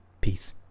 Peace